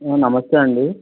నమస్తే అండి